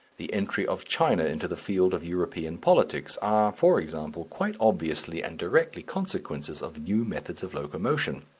the entry of china into the field of european politics are, for example, quite obviously and directly consequences of new methods of locomotion.